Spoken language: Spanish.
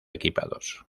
equipados